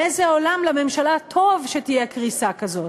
באיזה עולם לממשלה טוב שתהיה קריסה כזאת?